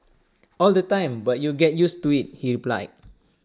all the time but you get used to IT he replied